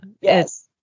yes